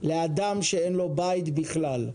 לאדם ללא בית בכלל,